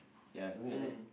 ya something like that